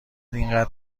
اینقدر